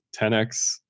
10X